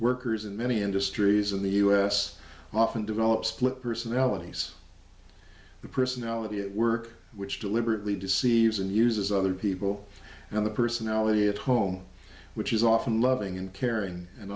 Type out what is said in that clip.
workers in many industries in the us often develop split personalities the personality at work which deliberately deceives and uses other people and the personality at home which is often loving and caring and